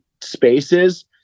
spaces